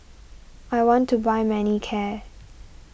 I want to buy Manicare